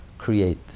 create